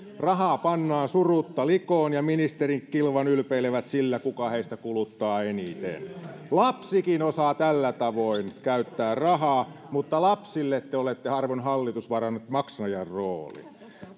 rahaa pannaan surutta likoon ja ministerit kilvan ylpeilevät sillä kuka heistä kuluttaa eniten lapsikin osaa tällä tavoin käyttää rahaa mutta lapsille te te olette arvon hallitus varanneet maksajan roolin